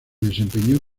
desempeñó